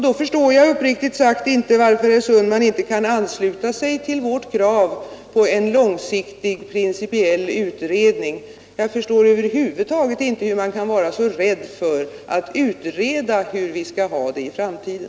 Då förstår jag uppriktigt sagt inte varför herr Sundman inte kan ansluta sig till vårt krav på en långsiktig principiell utredning. Jag förstår över huvud taget inte hur man kan vara så rädd för att utreda hur vi skall ha det i framtiden.